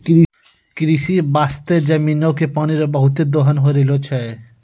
कृषि बास्ते जमीनो के पानी रो बहुते दोहन होय रहलो छै